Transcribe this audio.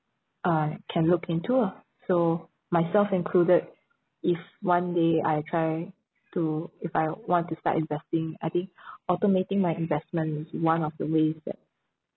uh can look into ah so myself included if one day I try to if I want to start investing I think automating my investment is one of the ways that